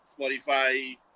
Spotify